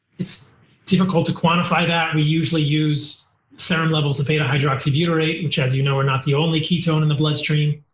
it's difficult to quantify that. we usually use serum levels of beta-hydroxybutyrate, which as you know are not the only ketone in the bloodstream,